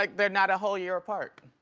like, they're not a whole year apart.